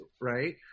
Right